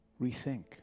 rethink